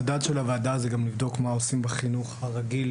המדד של הוועדה הוא לבדוק מה עושים בחינוך הרגיל?